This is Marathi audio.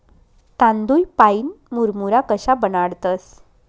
तांदूय पाईन मुरमुरा कशा बनाडतंस?